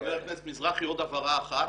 חבר הכנסת מזרחי, עוד הבהרה אחת.